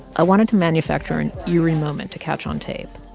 i wanted to manufacture an eerie moment to catch on tape.